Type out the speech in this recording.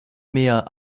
mehr